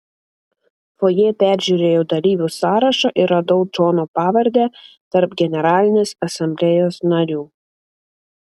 fojė peržiūrėjau dalyvių sąrašą ir radau džono pavardę tarp generalinės asamblėjos narių